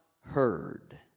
heard